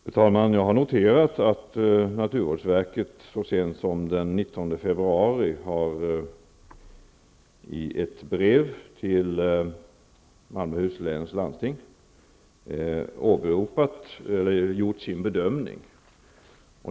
Fru talman! Jag har noterat att naturvårdsverket så sent som den 19 februari i ett brev till Malmöhus läns landsting har gjort sin bedömning.